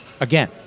again